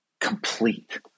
complete